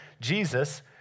Jesus